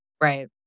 Right